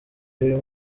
y’uyu